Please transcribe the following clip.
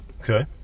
Okay